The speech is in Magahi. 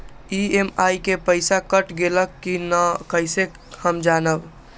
ई.एम.आई के पईसा कट गेलक कि ना कइसे हम जानब?